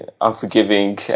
unforgiving